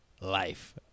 life